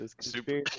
Super